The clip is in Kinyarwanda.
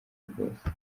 rwose